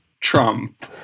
Trump